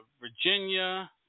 Virginia